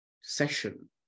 session